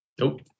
Nope